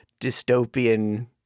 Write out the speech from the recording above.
dystopian